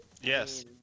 Yes